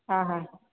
हा हा